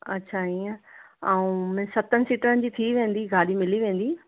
अच्छा ईअं आऊं हुन सतनि सीटरनि जी थी वेंदी गाॾी मिली वेंदी